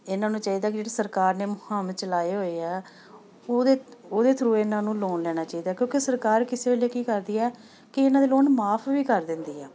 ਇਹਨਾਂ ਨੂੰ ਚਾਹੀਦਾ ਕਿ ਜਿਹੜੀ ਸਰਕਾਰ ਨੇ ਮੁਹਿੰਮ ਚਲਾਏ ਹੋਏ ਆ ਉਹਦੇ ਉਹਦੇ ਥਰੂ ਇਹਨਾਂ ਨੂੰ ਲੋਨ ਲੈਣਾ ਚਾਹੀਦਾ ਕਿਉਂਕਿ ਸਰਕਾਰ ਕਿਸੇ ਵੇਲੇ ਕੀ ਕਰਦੀ ਹੈ ਕਿ ਇਹਨਾਂ ਦੇ ਲੋਨ ਮਾਫ਼ ਵੀ ਕਰ ਦਿੰਦੀ ਆ